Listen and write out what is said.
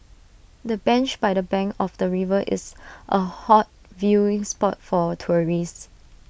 the bench by the bank of the river is A hot viewing spot for tourists